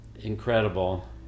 Incredible